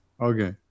Okay